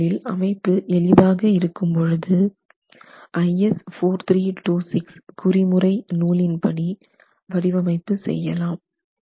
அமைப்பு எளிதாக இருக்கும்போது IS 4326 குறிமுறை நூலின்படி வடிவமைப்பு செய்யலாம்